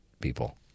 people